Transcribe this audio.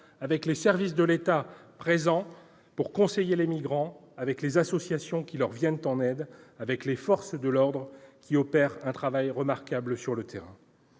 avec les services de l'État présents pour conseiller les migrants, avec les associations qui leur viennent en aide, avec les forces de l'ordre qui font un travail remarquable sur le terrain.